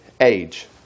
age